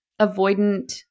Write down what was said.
avoidant